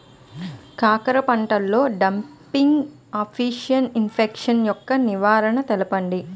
కాకర పంటలో డంపింగ్ఆఫ్ని ఇన్ఫెక్షన్ యెక్క నివారణలు తెలపండి?